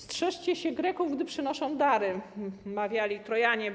Strzeżcie się Greków, gdy przynoszą dary - mawiali Trojanie.